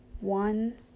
one